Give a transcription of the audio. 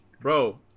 Bro